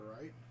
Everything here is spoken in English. right